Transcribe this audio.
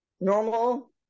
normal